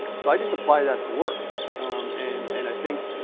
so i just apply that to work and and i think,